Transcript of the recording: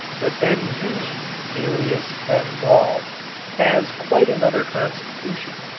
but benzene alias benzol has quite another constitution,